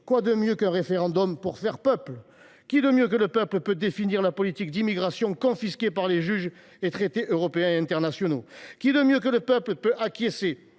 quoi de mieux qu’un référendum pour « faire peuple »? Qui, mieux que le peuple, peut définir la politique d’immigration confisquée par les juges et les traités européens et internationaux ? Qui, mieux que le peuple, peut acquiescer,